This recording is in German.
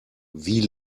wie